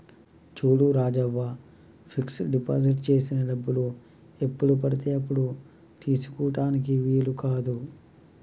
చూడు Rajavva fix deposit చేసిన డబ్బులు ఎప్పుడు పడితే అప్పుడు తీసుకుటానికి వీలు కాదు